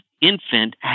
infant